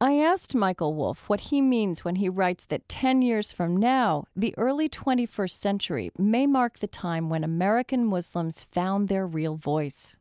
i asked michael wolfe what he means when he writes that ten years from now, the early twenty first century may mark the time when american muslims found their real voice